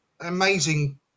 amazing